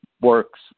works